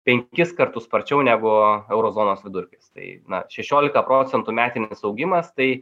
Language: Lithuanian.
penkis kartus sparčiau negu euro zonos vidurkis tai na šešiolika procentų metinis augimas tai